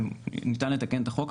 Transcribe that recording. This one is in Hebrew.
ניתן לתקן את החוק,